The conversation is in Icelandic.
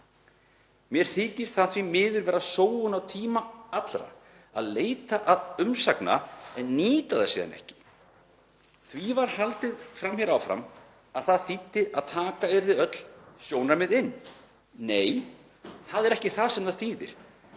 Mér þykir það því miður vera sóun á tíma allra að leita umsagna en nýta þær síðan ekki. Því var haldið fram hér áðan að það þýddi að taka yrði öll sjónarmið inn. Nei, það er ekki það sem það þýðir.